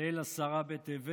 ליל עשרה בטבת,